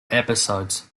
episodes